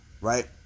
right